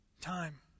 Time